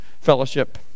fellowship